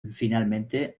finalmente